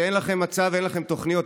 שאין לכם מצע ואין לכם תוכניות,